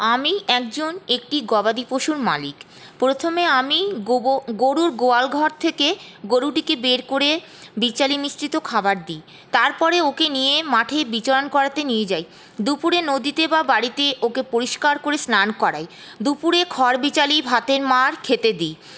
আমি একজন একটি গবাদি পশুর মালিক প্রথমে আমি গরুর গোয়াল ঘর থেকে গরুটিকে বের করে বিচালি মিশ্রিত খাবার দিই তারপরে ওকে নিয়ে মাঠে বিচরণ করাতে নিয়ে যাই দুপুরে নদীতে বা বাড়িতে ওকে পরিষ্কার করে স্নান করাই দুপুরে খড় বিচালি ভাতের মাড় খেতে দিই